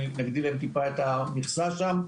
נגדיל להם טיפה את המכסה שם.